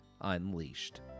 Unleashed